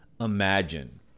imagine